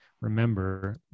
remember